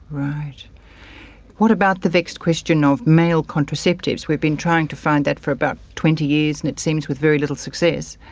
what about the vexed question of male contraceptives? we've been trying to find that for about twenty years and it seems with very little success.